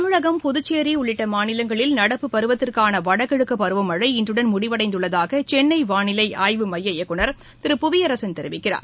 தமிழகம் புதுச்சேரி உள்ளிட்ட மாநிலங்களில் நடப்பு பருவத்திற்கான வடகிழக்கு பருவமழை இன்றுடன் முடிவடைந்துள்ளதாக சென்னை வாளிலை ஆய்வு மைய இயக்குனர் திரு புவியரசன் தெரிவிக்கிறார்